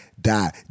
die